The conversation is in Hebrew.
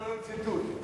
לא לציטוט.